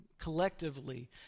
collectively